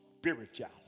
spiritual